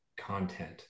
content